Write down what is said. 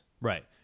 right